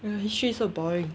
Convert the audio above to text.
ugh this shit is so boring